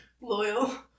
Loyal